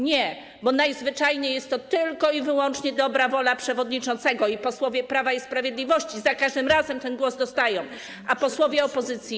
Nie, bo najzwyczajniej jest to tylko i wyłącznie dobra wola przewodniczącego i posłowie Prawa i Sprawiedliwości za każdym razem ten głos dostają, a posłowie opozycji - nie.